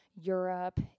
Europe